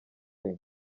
cyane